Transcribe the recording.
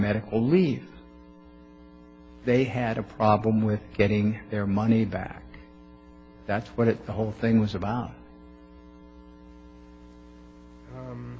medical leave they had a problem with getting their money back that's what the whole thing was about